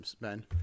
ben